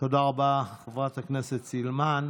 תודה רבה, חברת הכנסת סילמן.